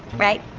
right?